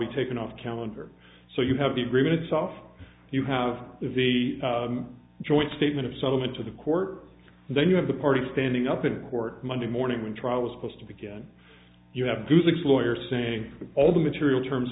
be taken off calendar so you have the agreement itself you have the joint statement of settlement to the court then you have the party standing up in court monday morning when trial was supposed to begin you have goozex lawyer saying all the material terms